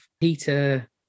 Peter